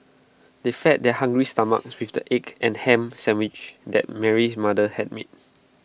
they fed their hungry stomachs with the egg and Ham Sandwiches that Mary's mother had made